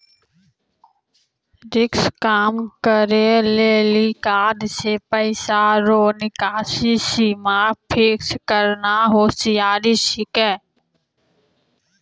risk कम करै लेली कार्ड से पैसा रो निकासी सीमा फिक्स करना होसियारि छिकै